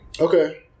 Okay